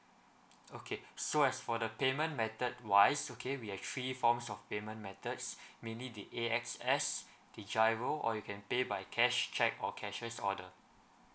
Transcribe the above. okay so as for the payment method wise okay we have three forms of payment methods mainly the A_X_S the GIRO or you can pay by cash cheque or cashier's order